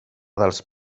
dels